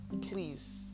Please